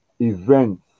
events